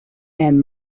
and